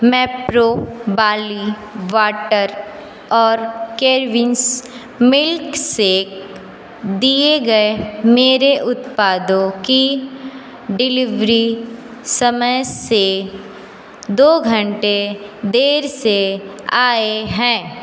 Mapro barley water और Cavin's milkshake दिए गए मेरे उत्पादों की डिलीवरी समय से दो घंटे देर से आए हैं